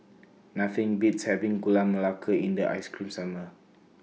Nothing Beats having Gula Melaka in The Ice Cream Summer